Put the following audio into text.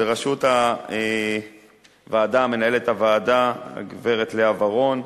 בראשות הוועדה, מנהלת הוועדה גברת לאה ורון,